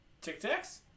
Tic-tacs